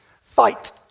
fight